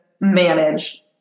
manage